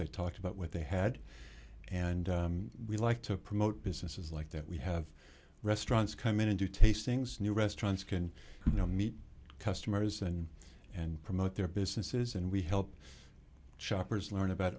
they talked about what they had and we like to promote businesses like that we have restaurants come in to do tastings new restaurants can now meet customers and and promote their businesses and we help shoppers learn about